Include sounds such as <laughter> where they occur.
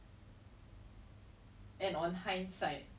or is that they opening <laughs>